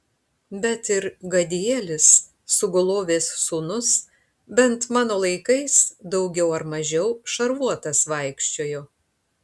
bet ir gadielis sugulovės sūnus bent mano laikais daugiau ar mažiau šarvuotas vaikščiojo